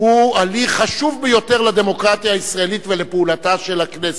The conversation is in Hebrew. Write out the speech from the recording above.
הוא הליך חשוב ביותר לדמוקרטיה הישראלית ולפעולתה של הכנסת.